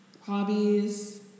Hobbies